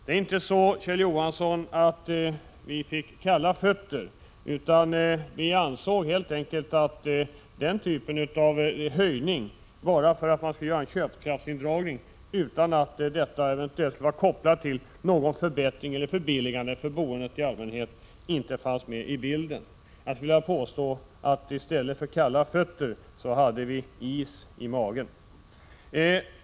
Det är inte så, Kjell Johansson, att vi har fått kalla fötter. Vi ansåg helt enkelt att den här typen av höjning för att göra en köpkraftsindragning, utan att vara kopplad till någon förbättring eller förbilligande av boendet i allmänhet, inte fanns med i bilden. Jag skulle vilja påstå att i stället för kalla fötter hade vi is i magen.